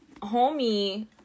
homie